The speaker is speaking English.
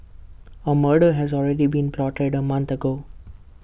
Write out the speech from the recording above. A murder has already been plotted A month ago